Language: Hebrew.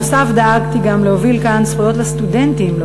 נוסף על כך גם דאגתי להוביל זכויות לסטודנטים,